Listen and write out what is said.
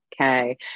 Okay